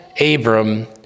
Abram